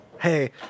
Hey